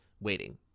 waiting